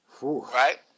Right